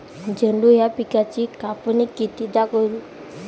झेंडू या पिकाची कापनी कितीदा करू?